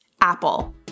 Apple